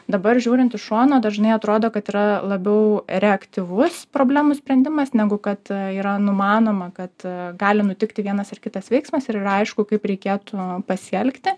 dabar žiūrint iš šono dažnai atrodo kad yra labiau reaktyvus problemų sprendimas negu kad yra numanoma kad gali nutikti vienas ar kitas veiksmas ir yra aišku kaip reikėtų pasielgti